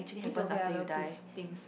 is okay I love these things